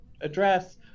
address